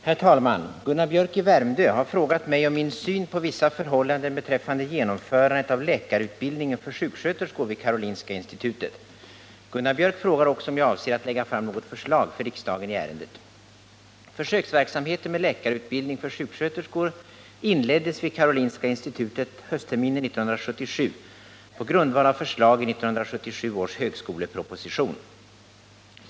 Herr talman! Gunnar Biörck i Värmdö har frågat mig om min syn på vissa förhållanden beträffande genomförandet av läkarutbildningen för sjuksköterskor vid Karolinska institutet. Gunnar Biörck frågar också om jag avser att lägga fram något förslag för riksdagen i ärendet. Försöksverksamheten med läkarutbildning för sjuksköterskor inleddes vid Karolinska insitutet höstterminen 1977 på grundval av förslag i 1977 års högskoleproposition.